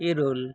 ᱤᱨᱟᱹᱞ